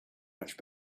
much